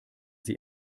sie